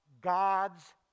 God's